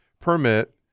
permit